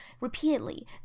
repeatedly